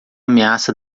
ameaça